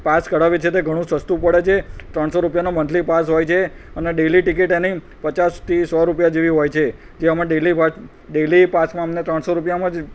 pass કઢાવીએ છીએ તે ઘણું સસ્તું પડે છે ત્રણસો રૂપિયાનો મંથલી પાસ હોય છે અને ડેઈલી ટિકિટ એની પચાસ થી સો રૂપિયા જેવી હોય છે જે અમે ડેઈલી ડેઇલી પાસમાં અમને ત્રણસો રૂપિયામાં જ